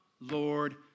Lord